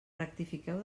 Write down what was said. rectifiqueu